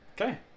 Okay